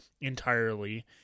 entirely